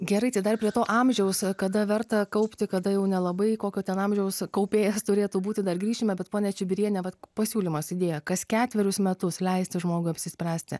gerai tai dar prie to amžiaus kada verta kaupti kada jau nelabai kokio ten amžiaus kaupėjas turėtų būti dar grįšime bet ponia čibiriene va pasiūlymas idėja kas ketverius metus leisti žmogui apsispręsti